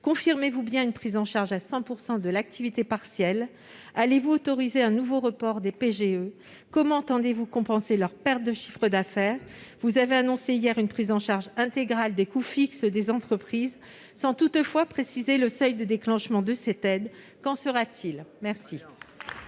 Confirmez-vous une prise en charge à 100 % de l'activité partielle ? Allez-vous autoriser un nouveau report du remboursement des prêts garantis par l'État ? Comment comptez-vous compenser leurs pertes de chiffre d'affaires ? Vous avez annoncé hier une prise en charge intégrale des coûts fixes des entreprises, sans toutefois préciser le seuil de déclenchement de cette aide. Qu'en sera-t-il ? La